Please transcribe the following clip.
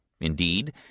Indeed